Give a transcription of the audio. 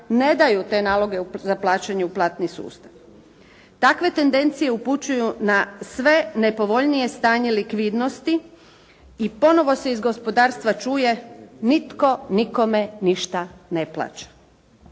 ne daju te naloge za plaćanje u platni sustav. Takve tendencije upućuju na sve nepovoljnije stanje likvidnosti i ponovo se iz gospodarstva čuje nitko nikome ništa ne plaća.